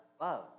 love